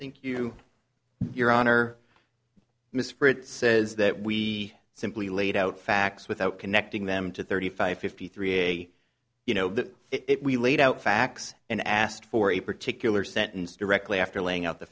thank you your honor miss fritz says that we simply laid out facts without connecting them to thirty five fifty three you know that if we laid out facts and asked for a particular sentence directly after laying out the